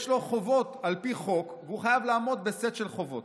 יש לו חובות על פי חוק והוא חייב לעמוד בסט של חובות.